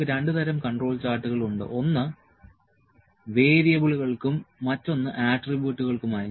നമുക്ക് രണ്ട് തരം കൺട്രോൾ ചാർട്ടുകൾ ഉണ്ട് ഒന്ന് വേരിയബിളുകൾക്കും മറ്റൊന്ന് ആട്രിബ്യൂട്ടുകൾക്കുമായി